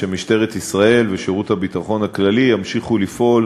ושמשטרת ישראל ושירות הביטחון הכללי ימשיכו לפעול